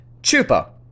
Chupa